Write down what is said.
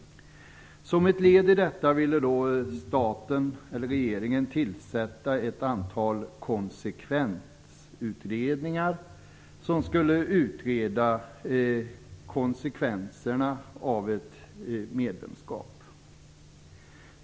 Som ett led i detta ville regeringen tillsätta ett antal konsekvensutredningar som skulle utreda konsekvenserna av ett medlemskap.